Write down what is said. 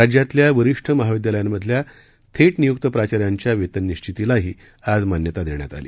राज्यातल्या वरिष्ठ महाविद्यालयातील थेट नियूक्त प्राचार्यांच्या वेतन निश्चितीलाही आज मान्यता देण्यात आली